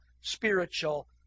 spiritual